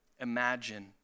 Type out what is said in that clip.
Imagine